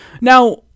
Now